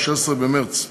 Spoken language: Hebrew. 16 במרס 2016,